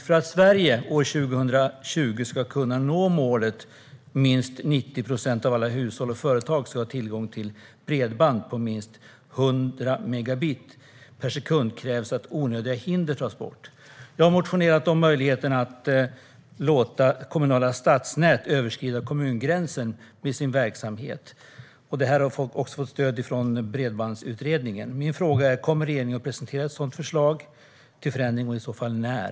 För att Sverige år 2020 ska kunna nå målet att minst 90 procent av alla hushåll och företag ska ha tillgång till bredband på minst 100 megabit per sekund krävs att onödiga hinder tas bort. Jag har motionerat om möjligheten att låta kommunala stadsnät överskrida kommungränsen med sin verksamhet. Det har fått stöd från Bredbandsutredningen. Min fråga är: Kommer regeringen att presentera ett sådant förslag till förändring och i så fall när?